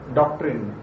doctrine